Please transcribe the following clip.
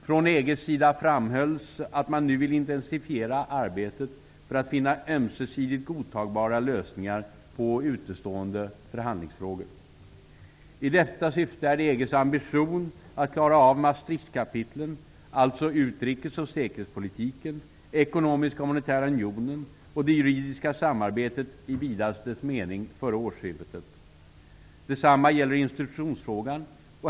Från EG:s sida framhölls att man nu vill intensifiera arbetet för att finna ömsesidigt godtagbara lösningar på utestående förhandlingsfrågor. I detta syfte är det EG:s ambition att före årsskiftet klara av Maastrichtkapitlen, alltså utrikes och säkerhetspolitiken, den ekonomiska och monetära unionen och det juridiska samarbetet i vidaste mening. Detsamma gäller institutionsfrågan.